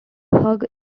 hugh